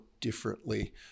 differently